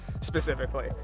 specifically